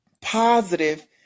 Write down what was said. positive